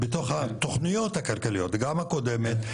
גם הקודמת,